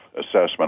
assessment